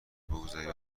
بگذارید